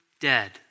dead